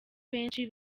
benshi